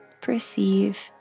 perceive